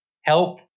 Help